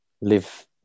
live